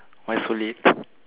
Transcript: why so late lah